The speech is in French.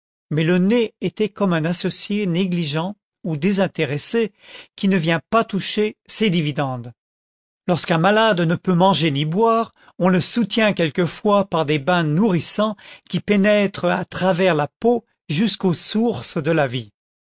mais le nez était comme un associé négligent ou désintéressé qui ne vient pas toucher ses dividendes lorsqu'un malade ne peut manger ni boire on le soutient quelquefois par des bains nourris sants qui pénètrent à travers la peau jusqu'aux sources de la vie